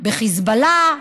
בחיזבאללה,